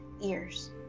ears